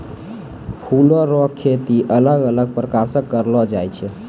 फूलो रो खेती अलग अलग प्रकार से करलो जाय छै